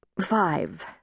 five